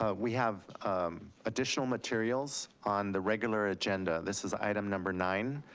ah we have additional materials on the regular agenda. this is item number nine.